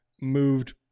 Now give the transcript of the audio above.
moved